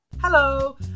Hello